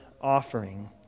offering